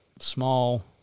small